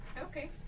Okay